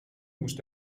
moest